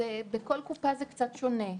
בכל קופה זה קצת שונה.